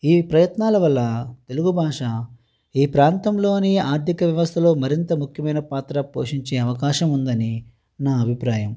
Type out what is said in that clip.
ఈ ప్రయత్నాల వల్ల తెలుగు భాష ఈ ప్రాంతంలోని ఆర్థిక వ్యవస్థలో మరింత ముఖ్యమైన పాత్ర పోషించే అవకాశం ఉందని నా అభిప్రాయం